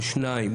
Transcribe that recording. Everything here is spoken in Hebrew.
או שניים,